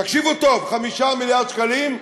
תקשיבו טוב: 5 מיליארד שקלים,